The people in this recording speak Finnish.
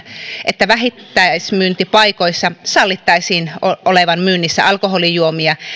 että vähittäismyyntipaikoissa sallittaisiin olevan myynnissä alkoholijuomia